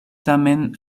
tamen